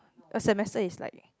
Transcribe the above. a semester is like